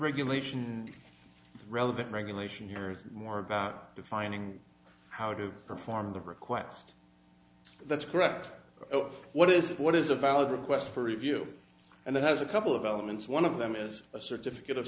regulation relevant regulation here is more about defining how to perform the request that's correct what is it what is a valid request for review and it has a couple of elements one of them is a certificate of